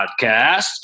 podcast